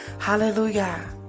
hallelujah